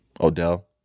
Odell